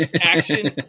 Action